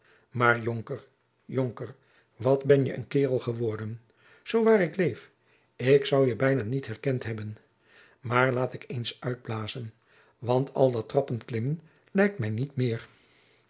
maar jonker jonker wat ben je een kaerel geworden zoo waar ik leef ik zou je bijna niet herkend hebben maar laat ik eens uitblazen want al dat trappen klimmen lijkt mij niet meer